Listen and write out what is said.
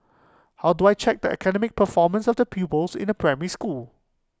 how do I check the academic performance of the pupils in A primary school